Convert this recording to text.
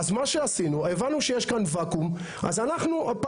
מה שעשינו, הבנו שיש כאן ואקום, אז פעלנו.